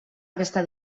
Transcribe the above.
aquesta